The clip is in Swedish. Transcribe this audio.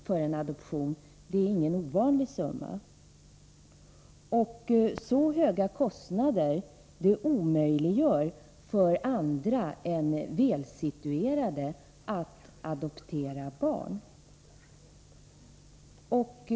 för en adoption är ingen ovanlig summa, och dessa höga kostnader gör det omöjligt för andra än välsituerade att adoptera barn.